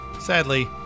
Sadly